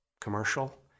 commercial